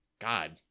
god